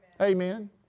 Amen